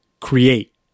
create